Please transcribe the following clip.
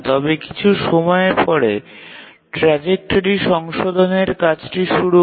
তবে কিছু সময়ের পরে ট্র্যাজেক্টরি সংশোধনের কাজটি শুরু হয়